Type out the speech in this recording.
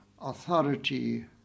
authority